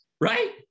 right